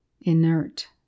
inert